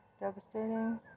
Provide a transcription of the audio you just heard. devastating